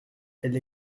elle